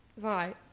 Right